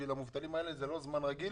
בשביל המובטלים האלה זה לא זמן רגיל